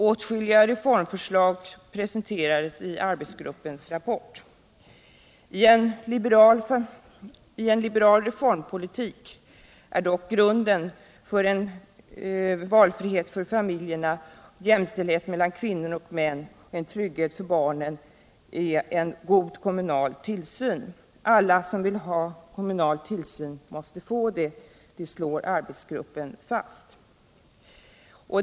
Åtskilliga reformförslag presenterades i arbetsgruppens rapport. I en liberal reformpolitik är dock en god kommunal tillsyn grunden för en valfrihet för familjerna, för jämställdhet mellan kvinnor och män och för trygghet för barnen. Alla som vill ha kommunal tillsyn måste få det, slår arbetsgruppen fast.